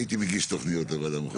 אני הייתי מגיש תוכניות לוועדה המחוזית.